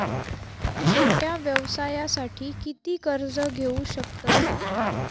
छोट्या व्यवसायासाठी किती कर्ज घेऊ शकतव?